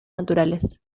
naturales